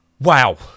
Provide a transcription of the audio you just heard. Wow